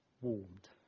warmed